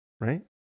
right